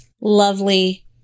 Lovely